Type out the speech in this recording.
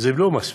לא מספיק.